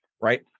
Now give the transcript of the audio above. right